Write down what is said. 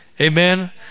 amen